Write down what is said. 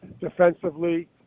defensively